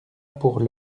pour